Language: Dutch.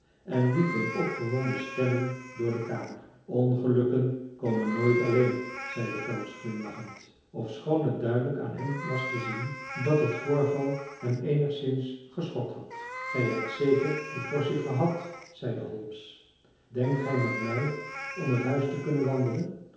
en liep in opgewonden stemming door de kamer ongelukken komen nooit alleen zeide phelps glimlachend ofschoon het duidelijk aan hem was te zien dat het voorval hem eenigszins geschokt had gij hebt zeker uw portie gehad zeide holmes denkt gij met mij om het huis te kunnen wandelen